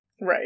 Right